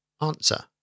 Answer